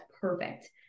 perfect